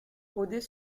rôder